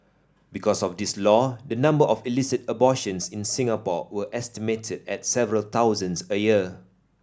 because of this law the number of illicit abortions in Singapore were estimated at several thousands a year